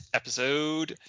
episode